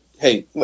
Hey